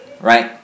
right